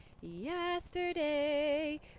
yesterday